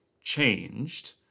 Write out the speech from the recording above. changed